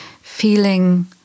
feeling